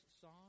song